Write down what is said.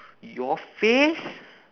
your face